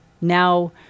Now